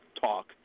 talk